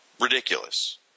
ridiculous